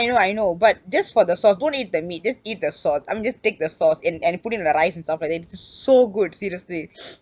I know I know but just for the sauce don't eat the meat just eat the sauce I mean just take the sauce and and put it in the rice and stuff like that it is so good seriously